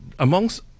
Amongst